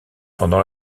pendant